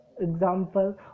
example